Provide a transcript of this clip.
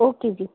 okay ਜੀ